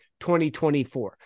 2024